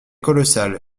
colossal